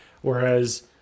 whereas